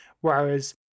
whereas